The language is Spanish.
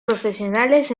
profesionales